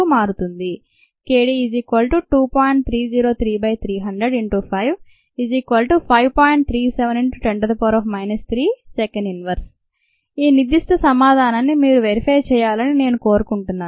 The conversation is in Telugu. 37 ×10 3 s 1 ఈ నిర్ధిష్ట సమాధానాన్ని మీరు వెరిఫై చేయాలని నేను కోరుకుంటున్నాను